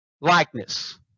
likeness